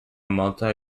multi